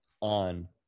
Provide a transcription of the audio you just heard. on